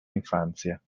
infanzia